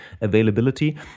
availability